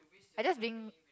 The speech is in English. I just being